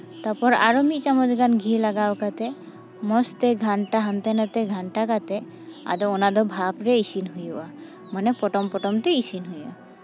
ᱛᱟᱨᱯᱚᱨ ᱟᱨᱚ ᱢᱤᱫ ᱪᱟᱢᱚᱪ ᱜᱟᱱ ᱜᱷᱤ ᱞᱟᱜᱟᱣ ᱠᱟᱛᱮᱫ ᱢᱚᱡᱽ ᱛᱮ ᱜᱷᱟᱱᱴᱟ ᱦᱟᱱᱛᱮ ᱱᱟᱛᱮ ᱜᱷᱟᱱᱴᱟ ᱠᱟᱛᱮᱫ ᱟᱫᱚ ᱚᱱᱟ ᱫᱚ ᱵᱷᱟᱵᱽ ᱨᱮ ᱤᱥᱤᱱ ᱦᱩᱭᱩᱜᱼᱟ ᱢᱟᱱᱮ ᱯᱚᱴᱚᱢ ᱯᱚᱴᱚᱢ ᱛᱮ ᱤᱥᱤᱱ ᱦᱩᱭᱩᱜᱼᱟ